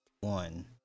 one